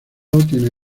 tiene